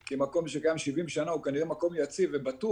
כי מקום שקיים 70 שנה הוא כנראה מקום יציב ובטוח.